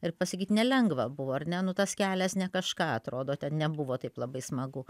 ir pasakyt nelengva buvo ar ne nu tas kelias ne kažką atrodo ten nebuvo taip labai smagu